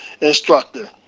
instructor